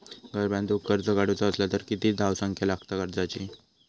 घर बांधूक कर्ज काढूचा असला तर किती धावसंख्या लागता कर्जाची?